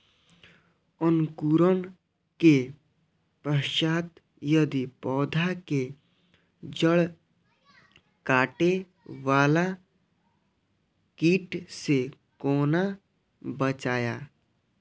अंकुरण के पश्चात यदि पोधा के जैड़ काटे बाला कीट से कोना बचाया?